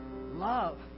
love